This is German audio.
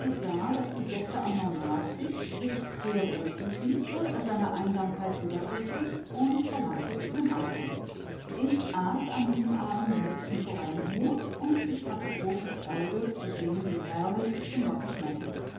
daß die gäste am normaltisch sich sehr wohl fühlten wurde er seiner einsamkeit überdrüssig und verlangte zu den anderen ich aß an diesem abend mit im forellenhof und ich hatte große freude zu sehen wie herrlich es den leuten schmeckte